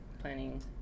planning